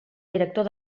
director